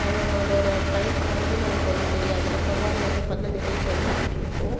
டய அதோட டைம் போகறதே நமக்கு வந்து தெரியாது அந்தமாதிரி வந்து பார்த்தனா நிகழ்ச்சி வந்து போயிட்டுருக்கும்